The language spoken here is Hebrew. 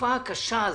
בתקופה הקשה הזאת,